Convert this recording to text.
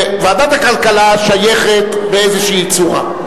ועדת הכלכלה שייכת באיזו צורה.